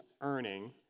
earning